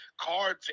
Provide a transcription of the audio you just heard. cards